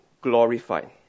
glorified